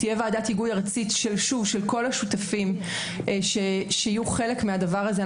תהיה ועדת היגוי ארצית של כל השותפים שיהיו חלק מהדבר הזה.